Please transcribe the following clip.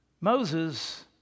Moses